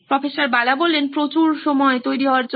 প্রফ্ বালা প্রচুর সময় তৈরি হওয়ার জন্য